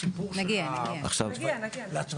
נגיע אליו.